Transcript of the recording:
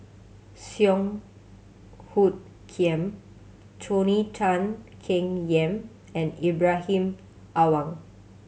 Song Hoot Kiam Tony Tan Keng Yam and Ibrahim Awang